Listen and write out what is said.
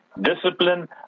discipline